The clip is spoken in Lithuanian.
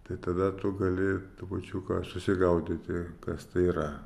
tai tada tu gali trupučiuką susigaudyti kas tai yra